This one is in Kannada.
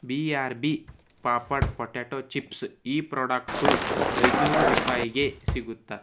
B R B papad potato chips ಈ ಪ್ರೊಡಕ್ಟು ಐದುನೂರು ರೂಪಾಯ್ಗೆ ಸಿಗುತ್ತ